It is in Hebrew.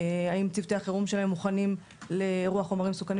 האם צוותי החירום שלהם מוכנים לאירוע חומרים מסוכנים